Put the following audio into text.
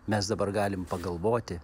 mes dabar galim pagalvoti